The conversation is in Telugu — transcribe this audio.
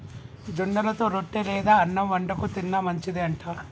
జొన్నలతో రొట్టె లేదా అన్నం వండుకు తిన్న మంచిది అంట